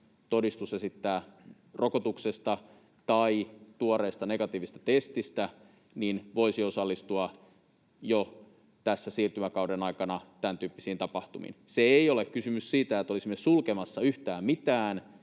todistus rokotuksesta tai tuoreesta negatiivisesta testistä, voisi osallistua jo tässä siirtymäkauden aikana tämäntyyppisiin tapahtumiin. Ei ole kysymys siitä, että olisimme sulkemassa yhtään mitään,